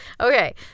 Okay